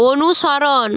অনুসরণ